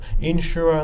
insurance